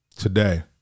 Today